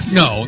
no